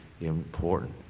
important